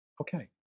okay